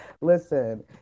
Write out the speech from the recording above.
listen